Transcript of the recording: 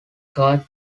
court